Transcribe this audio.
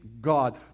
God